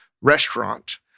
restaurant